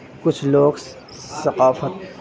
کچھ لوگ ثقافت